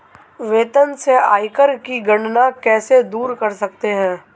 वेतन से आयकर की गणना कैसे दूर कर सकते है?